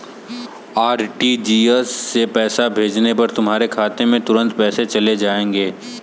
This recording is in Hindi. आर.टी.जी.एस से पैसे भेजने पर तुम्हारे खाते में तुरंत पैसे चले जाएंगे